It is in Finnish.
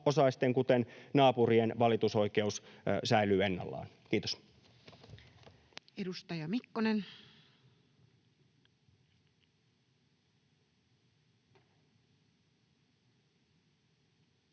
asianosaisten, kuten naapurien, valitusoikeus säilyy ennallaan. — Kiitos. Edustaja Mikkonen.